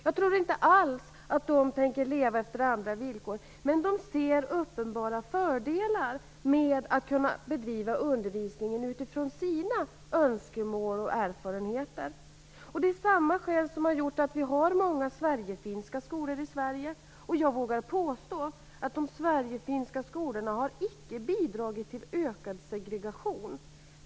Jag tror inte alls att de tänker leva efter andra villkor, men de ser uppenbara fördelar med att kunna bedriva undervisningen utifrån sina önskemål och erfarenheter. Det är samma skäl som har gjort att vi har många Sverigefinska skolor i Sverige. Jag vågar påstå att de Sverigefinska skolorna icke har bidragit till ökad segregation.